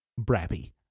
Brappy